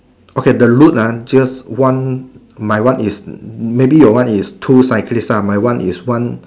okay the route ah just one my one is maybe your one is two cyclist ah my one is one